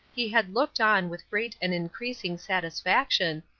he had looked on with great and increasing satisfaction,